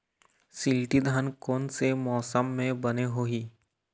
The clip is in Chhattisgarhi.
शिल्टी धान कोन से मौसम मे बने होही?